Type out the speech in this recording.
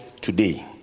today